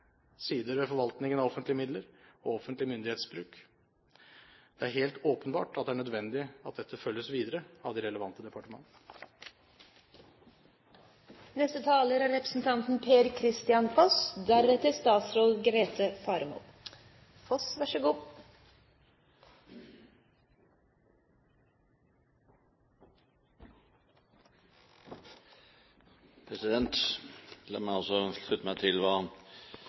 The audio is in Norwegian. sider ved forvaltningen av offentlige midler og offentlig myndighetsbruk. Det er helt åpenbart at det er nødvendig at dette følges videre av de relevante departement. La meg også slutte meg til hva forrige taler sa, nemlig gi ros til saksordføreren for et grundig arbeid og et innlegg som jeg i all hovedsak kan slutte meg